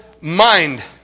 mind